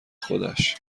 خودش